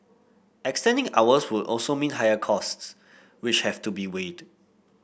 extending hours would also mean higher costs which have to be weighed